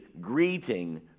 greeting